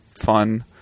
fun